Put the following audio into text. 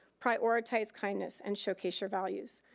prioritize kindness and showcase your values.